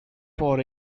for